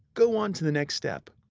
go on to the next step.